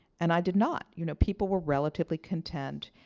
and i did not. you know people were relatively content.